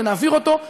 ונעביר אותו,